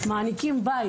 מעניקים בית,